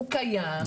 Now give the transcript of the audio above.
הוא קיים.